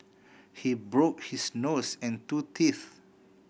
he broke his nose and two teeth